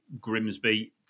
Grimsby